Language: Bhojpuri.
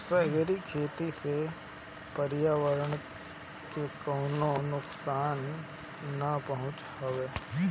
सागरी खेती से पर्यावरण के कवनो नुकसान ना पहुँचत हवे